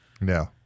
No